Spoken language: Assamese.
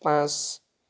পাঁচ